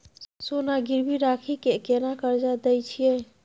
सोना गिरवी रखि के केना कर्जा दै छियै?